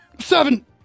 Seven